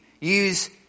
use